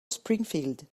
springfield